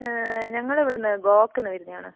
ഞങ്ങൾ ഇവിടുന്ന് ഗോവക്കുന്ന് വരുന്നത് ആണ്